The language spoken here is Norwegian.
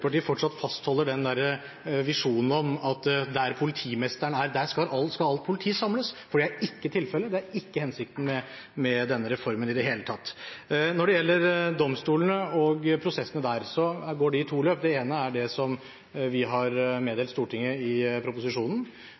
fortsatt fastholder visjonen om at der politimesteren er, der skal alt politi samles, for det er ikke tilfellet, det er ikke hensikten med denne reformen i det hele tatt. Når det gjelder domstolene og prosessene der, går de i to løp. Det ene er det som vi har meddelt Stortinget i proposisjonen.